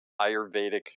Ayurvedic